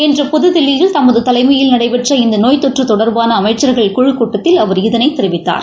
இன்று புதுதில்லியில் தலைமையில் நடைபெற்ற இந்த நோய் தொற்று தொடர்பான அமைச்சர்கள் குழக் கூட்டத்தில் அவர் இதனை தெரிவித்தார்